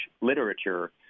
literature